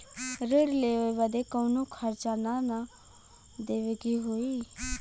ऋण लेवे बदे कउनो खर्चा ना न देवे के होई?